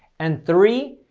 and three,